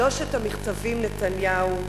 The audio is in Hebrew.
שלושת המכתבים, נתניהו,